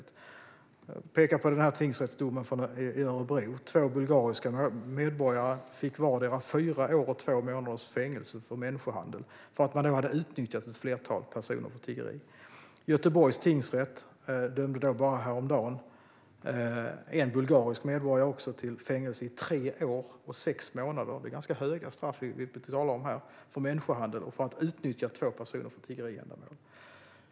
Jag pekade på domen från tingsrätten i Örebro: Två bulgariska medborgare fick vardera fyra år och två månaders fängelse för människohandel för att man hade utnyttjat ett flertal personer för tiggeri. Göteborgs tingsrätt dömde häromdagen en bulgarisk medborgare till fängelse i tre år och sex månader - det är ganska stränga straff vi talar om - för människohandel och för att ha utnyttjat två personer för tiggeriändamål.